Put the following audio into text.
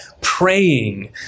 praying